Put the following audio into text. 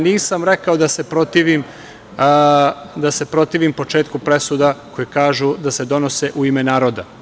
Nisam rekao da se protivim početku presuda koje kažu da se donose u ime naroda.